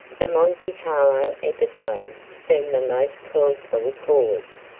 the monte carlo episode seemed the most plausible cause,